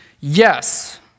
Yes